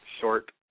short